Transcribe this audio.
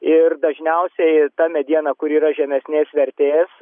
ir dažniausiai ta mediena kuri yra žemesnės vertės